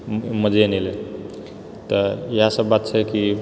मजे नहि एलै तऽ इएह सब बात छै कि